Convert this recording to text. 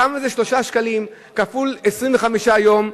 כמה זה 3 שקלים כפול 25 יום?